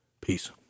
Peace